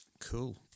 Cool